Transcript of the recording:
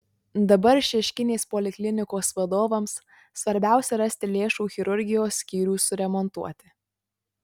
dabar šeškinės poliklinikos vadovams svarbiausia rasti lėšų chirurgijos skyrių suremontuoti